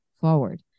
forward